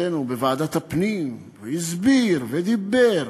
אצלנו בוועדת הפנים, והסביר ודיבר,